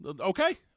Okay